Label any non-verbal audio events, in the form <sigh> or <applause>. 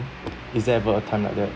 <noise> is there ever a time like that